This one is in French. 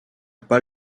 pas